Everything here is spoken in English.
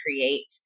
create